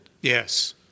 yes